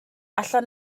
allan